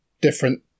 different